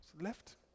Left